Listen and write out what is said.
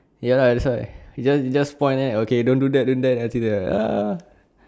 ya lah that's why you just you just point that then okay don't do that don't do that